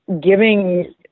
giving